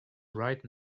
right